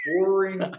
boring